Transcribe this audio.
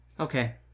Okay